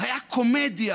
היה קומדיה